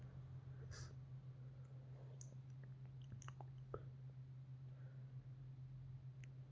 ಐವತ್ತೇಳು ಸಾವಿರಕ್ಕೂ ಹೆಚಗಿ ಒಯಸ್ಟರ್ ದಾಗ ವಿಧಗಳು ಅದಾವಂತ